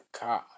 God